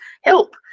help